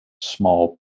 small